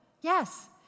Yes